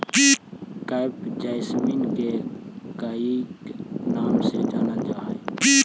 crepe jasmine के कईक नाम से जानलजा हइ